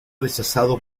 rechazado